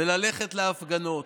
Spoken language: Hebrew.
וללכת להפגנות: